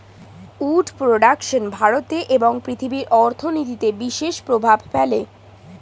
would production ভারতে এবং পৃথিবীর অর্থনীতিতে বিশেষ প্রভাব ফেলে